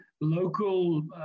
local